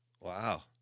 Wow